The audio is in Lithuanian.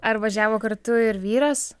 ar važiavo kartu ir vyras